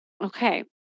Okay